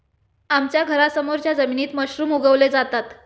आमच्या घरासमोरच्या जमिनीत मशरूम उगवले जातात